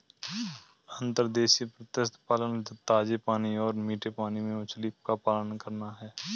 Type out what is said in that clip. अंतर्देशीय मत्स्य पालन ताजे पानी और मीठे पानी में मछली का पालन है